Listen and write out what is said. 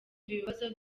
ibibazo